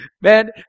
Man